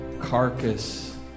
carcass